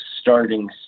starting